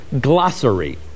glossary